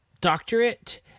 doctorate